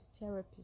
therapists